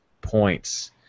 points